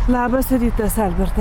labas rytas albertai